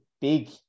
big